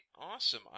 Awesome